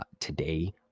today